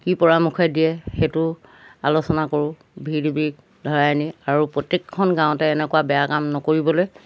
কি পৰামৰ্শ দিয়ে সেইটো আলোচনা কৰোঁ ভি ডি বিক ধৰাই আনি আৰু প্ৰত্যেকখন গাঁৱতে এনেকুৱা বেয়া কাম নকৰিবলৈ